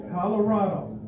Colorado